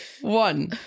one